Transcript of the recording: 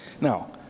Now